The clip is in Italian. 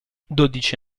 dodici